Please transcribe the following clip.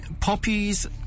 Poppies